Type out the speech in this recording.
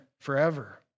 forever